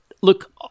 Look